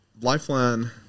Lifeline